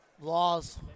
Laws